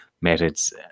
methods